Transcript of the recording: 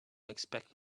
expect